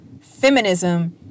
feminism